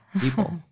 people